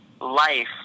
life